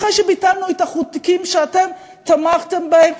אחרי שביטלנו את החוקים שאתם תמכתם בהם,